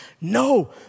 No